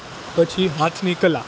પછી હાથની કલા